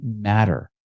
matter